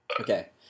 Okay